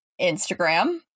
instagram